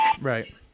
Right